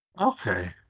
okay